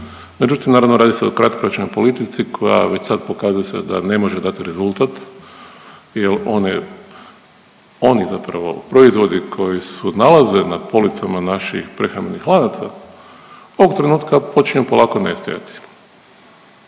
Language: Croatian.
Međutim, naravno radi se o kratkoročnoj politici koja već sad pokazuje se da ne može dati rezultat jer oni zapravo proizvodi koji se nalaze na policama naših prehrambenih lanaca ovog trenutka počinju polako nestajati.